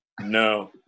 no